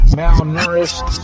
malnourished